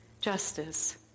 justice